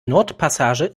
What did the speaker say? nordpassage